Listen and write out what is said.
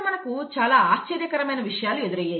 కాకపోతే మనకు చాలా ఆశ్చర్యకరమైన విషయాలు ఎదురయ్యాయి